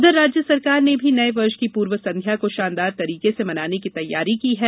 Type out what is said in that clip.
उधर राज्य सरकार ने भी नये वर्ष की पूर्व संध्या को शानदार तरिके से मनाने की तैयारी की है